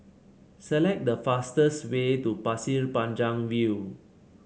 select the fastest way to Pasir Panjang View